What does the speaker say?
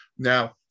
Now